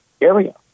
area